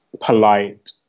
polite